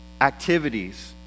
activities